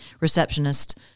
receptionist